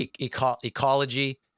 Ecology